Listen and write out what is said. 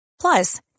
Plus